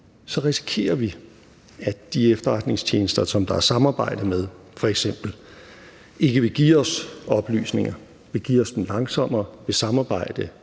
så risikerer vi, at de efterretningstjenester, som der er samarbejde med, f.eks. ikke vil give os oplysninger, vil give os dem langsommere, vil samarbejde